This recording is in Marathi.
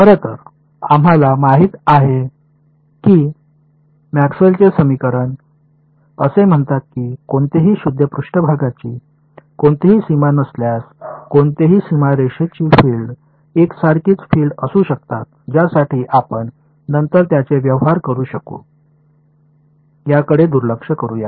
खरं तर आम्हाला माहिती आहे की मॅक्सवेलचे समीकरण असे म्हणतात की कोणतीही शुद्ध पृष्ठभागाची कोणतीही सीमा नसल्यास कोणतीही सीमारेषेची फील्ड एकसारखीच फील्ड असू शकतात ज्यासाठी आपण नंतर त्याचे व्यवहार करू शकू याकडे दुर्लक्ष करूया